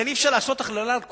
לכן, אי-אפשר לעשות הכללה על כולם.